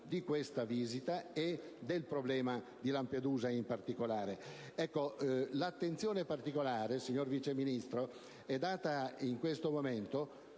Grazie,